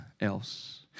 else